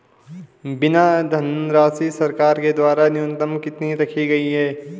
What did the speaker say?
बीमा धनराशि सरकार के द्वारा न्यूनतम कितनी रखी गई है?